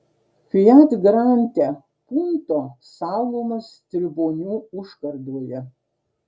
fiat grande punto saugomas tribonių užkardoje